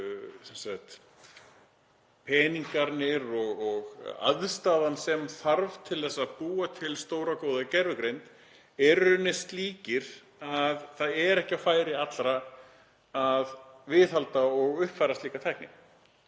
peningarnir og aðstaðan sem þarf til að búa til stóra og góða gervigreind er í rauninni slík að það er ekki á færi allra að viðhalda og uppfæra slíka tækni